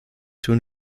tun